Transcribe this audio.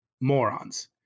morons